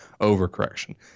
overcorrection